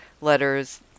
letters